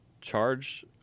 charged